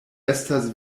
estas